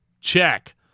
Check